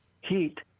heat